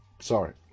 sorry